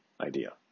idea